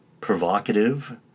provocative